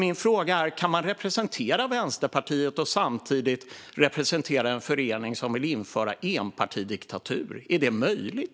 Kan man representera Vänsterpartiet och samtidigt representera en förening som vill införa enpartidiktatur? Är det möjligt?